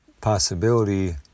possibility